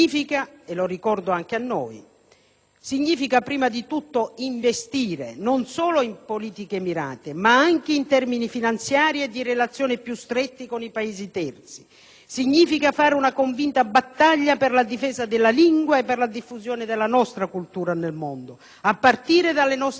significa prima di tutto investire, non solo in politiche mirate, ma anche in termini finanziari e di relazioni più strette con i Paesi terzi; significa fare una convinta battaglia per la difesa della lingua e per la diffusione della nostra cultura nel mondo, a partire dalle nostre comunità all'estero, che hanno registrato significativi